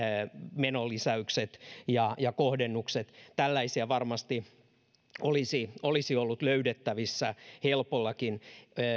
menolisäykset ja ja kohdennukset tällaisia varmasti olisi olisi ollut löydettävissä helpollakin